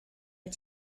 wyt